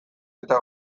eta